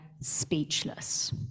speechless